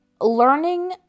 learning